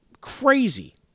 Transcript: Crazy